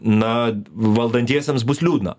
na valdantiesiems bus liūdna